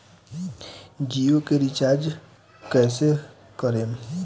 जियो के रीचार्ज कैसे करेम?